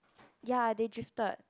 ya they drifted